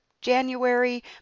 january